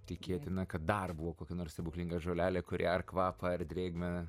tikėtina kad dar buvo kokia nors stebuklinga žolelė kuri ar kvapą ar drėgmę